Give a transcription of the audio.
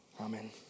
Amen